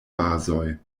bazoj